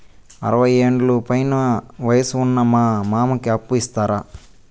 అరవయ్యేండ్ల పైన వయసు ఉన్న మా మామకి అప్పు ఇస్తారా